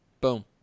boom